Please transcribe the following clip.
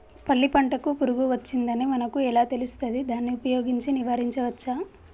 పల్లి పంటకు పురుగు వచ్చిందని మనకు ఎలా తెలుస్తది దాన్ని ఉపయోగించి నివారించవచ్చా?